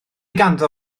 ganddo